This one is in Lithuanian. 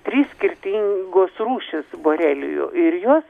trys skirtingos rūšys borelijų ir jos